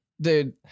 dude